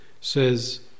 says